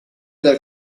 dal